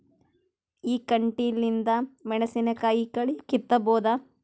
ಈ ಕಂಟಿಲಿಂದ ಮೆಣಸಿನಕಾಯಿ ಕಳಿ ಕಿತ್ತಬೋದ?